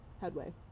headway